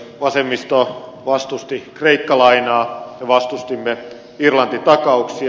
vasemmisto vastusti kreikka lainaa me vastustimme irlanti takauksia